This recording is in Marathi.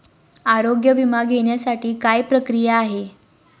आरोग्य विमा घेण्यासाठी काय प्रक्रिया आहे?